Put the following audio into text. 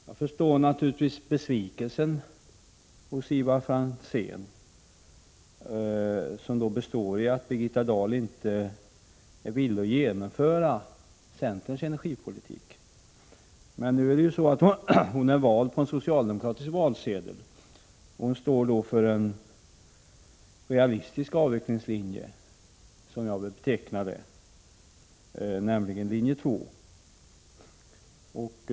Jag förstår naturligtvis Ivar Franzéns besvikelse över att Birgitta Dahl inte är villig att genomföra centerns energipolitik. Men Birgitta Dahl är nu vald på en socialdemokratisk valsedel. Hon står för en, som jag betecknar den, realistisk avvecklingslinje, nämligen linje 2.